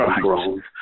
grown